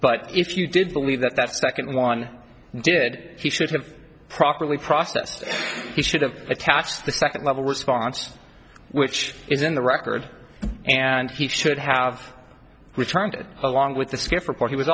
but if you did believe that that second one did he should have properly processed he should have attached the second level response which is in the record and he should have returned it along with the skiff report he was